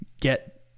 get